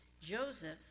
Joseph